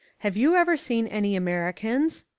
have you ever seen any americans?